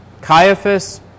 Caiaphas